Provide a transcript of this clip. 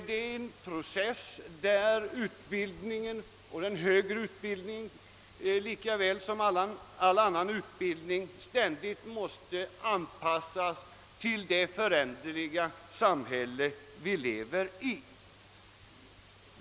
Det är en process där utbildningen, den högre utbildningen lika väl som all annan utbildning, ständigt måste anpassas till det föränderliga samhälle vi lever i.